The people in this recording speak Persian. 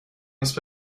نیس